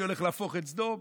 אני הולך להפוך את סדום.